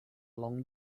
along